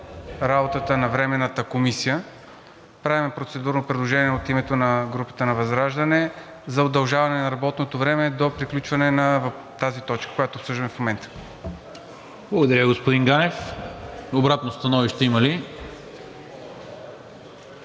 работата на Временната комисия, правим процедурно предложение от името на групата на ВЪЗРАЖДАНЕ за удължаване на работното време до приключване на тази точка, която обсъждаме в момента. ПРЕДСЕДАТЕЛ НИКОЛА МИНЧЕВ: Благодаря, господин Ганев. Обратно становище има ли?